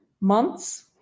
months